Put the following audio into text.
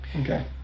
Okay